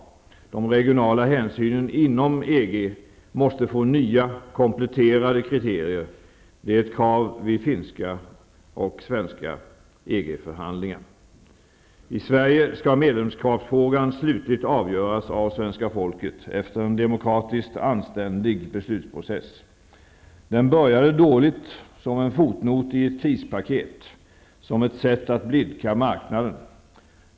De regionala hänsynen inom EG måste få nya, kompletterade kriterier. Det är ett krav vid finska och svenska EG förhandlingar. I Sverige skall medlemskapsfrågan slutligt avgöras av svenska folket -- efter en demokratiskt anständig beslutsprocess. Den började dåligt som en fotnot i ett krispaket, som ett sätt att blidka marknaden.